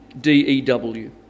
D-E-W